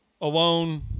alone